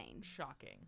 Shocking